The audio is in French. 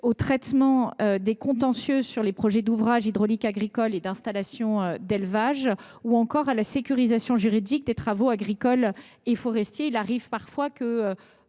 au traitement des contentieux relatifs aux projets d’ouvrage hydraulique agricole et d’installation d’élevage, ou encore à la sécurisation juridique des travaux agricoles et forestiers. Il arrive parfois que